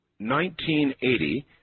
1980